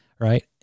right